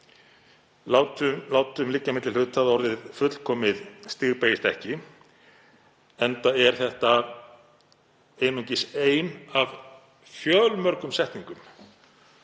Látum liggja á milli hluta að orðið „fullkomið“ stigbeygist ekki, enda er þetta einungis ein af fjölmörgum setningum,